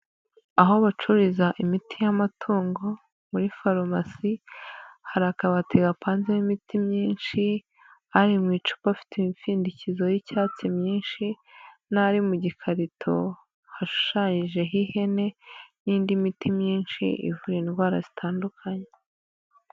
Aho bacururiza imiti y'amatungo muri farumasi hari akabati gapanzemo imiti myinshi ari mu icupa afite imipfundikizo y'icyatsi myinshi n'ari mu gikarito hashushanyijeho ihene n'indi miti myinshi ivura indwara zitandukanye.